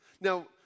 Now